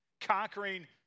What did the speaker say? conquering